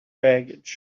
baggage